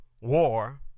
war